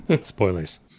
Spoilers